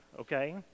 okay